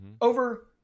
Over